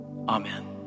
Amen